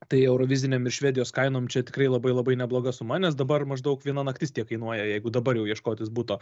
tai eurovizinėm ir švedijos kainom čia tikrai labai labai nebloga suma nes dabar maždaug viena naktis tiek kainuoja jeigu dabar jau ieškotis buto